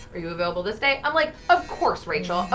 are you available to stay? i'm like, of course rachel, ah